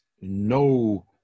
no